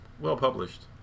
well-published